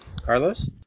Carlos